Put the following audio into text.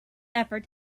effort